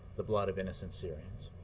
the blood of innocent syrians.